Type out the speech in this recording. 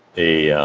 a yeah